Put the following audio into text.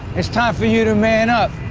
it's time for you to man up,